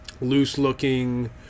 loose-looking